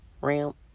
ramp